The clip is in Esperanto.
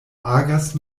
agas